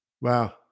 wow